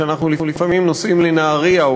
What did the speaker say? כאשר אנחנו לפעמים נוסעים לנהרייה,